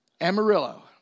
Amarillo